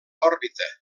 òrbita